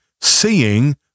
seeing